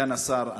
סגן השר,